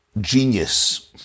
genius